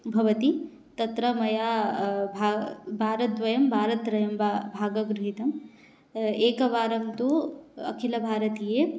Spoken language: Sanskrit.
भवति तत्र मया भा वारद्वयं वारत्रयं वा भागः गृहीतः एकवारं तु अखिलभारतीये